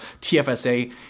tfsa